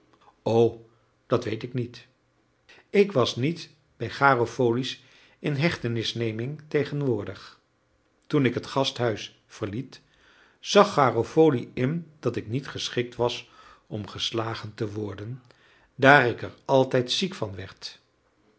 o dat weet ik niet ik was niet bij garofoli's inhechtenisneming tegenwoordig toen ik het gasthuis verliet zag garofoli in dat ik niet geschikt was om geslagen te worden daar ik er altijd ziek van werd